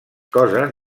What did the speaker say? coses